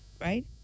right